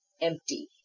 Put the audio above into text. empty